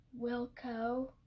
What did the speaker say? Wilco